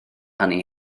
hynny